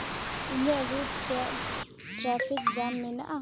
ᱤᱧᱟᱹᱜ ᱨᱩᱴ ᱪᱮᱫ traffic jam ᱢᱮᱱᱟᱜᱼᱟ